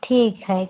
ठीक है